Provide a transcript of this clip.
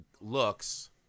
looks